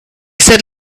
said